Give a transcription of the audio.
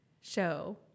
show